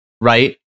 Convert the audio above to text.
Right